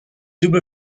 double